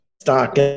stock